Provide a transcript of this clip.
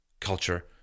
culture